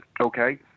Okay